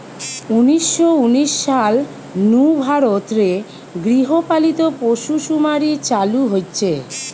উনিশ শ উনিশ সাল নু ভারত রে গৃহ পালিত পশুসুমারি চালু হইচে